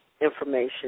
information